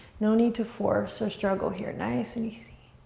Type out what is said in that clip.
no need to force or struggle here, nice and easy.